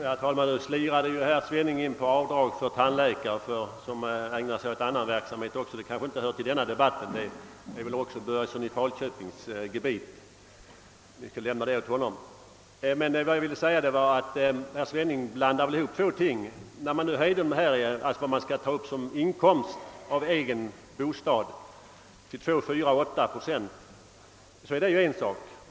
Herr talman! Nu slirade herr Svenning in på frågan om avdragsrätt för tandläkare som också ägnar sig åt annan verksamhet. Men denna fråga kanske inte tillhör denna debatt. Och eftersom den faller inom herr Börjessons i Falköping gebit, får vi kanske lämna den åt honom. Vad jag ville säga var att herr Svenning blandade ihop två ting. En sak — som inte har med ränteavdrag att göra — är att man genomfört en höjning av den summa som skall tas upp som inkomst av egen bostad med 2, 4 och 8 procent.